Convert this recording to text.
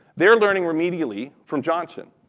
they're learning remedially from johnson,